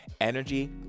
energy